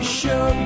show